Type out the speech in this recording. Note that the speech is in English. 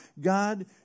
God